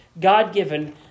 God-given